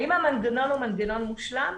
האם המנגנון הוא מנגנון מושלם?